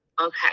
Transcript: Okay